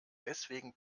deswegen